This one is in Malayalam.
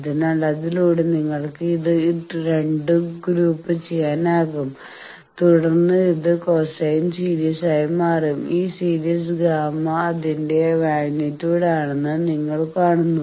അതിനാൽ അതിലൂടെ നിങ്ങൾക്ക് ഇത് 2 ഉം ഗ്രൂപ്പ് ചെയ്യാനാകും തുടർന്ന് ഇത് ഒരു കോസൈൻ സീരീസായി മാറും ഈ സീരീസ് Γ അതിന്റെ മാഗ്നിറ്റ്യൂഡ് ആണെന്ന് നിങ്ങൾ കാണുന്നു